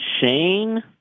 Shane